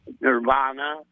Nirvana